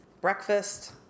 breakfast